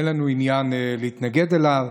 אין לנו עניין להתנגד אליו.